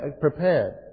prepared